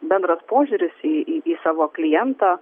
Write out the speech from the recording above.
bendras požiūris į į savo klientą